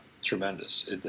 Tremendous